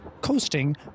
coasting